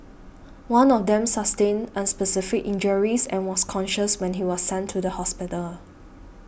one of them sustained unspecified injuries and was conscious when he was sent to hospital